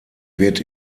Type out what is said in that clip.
wird